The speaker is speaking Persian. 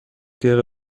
دقیقه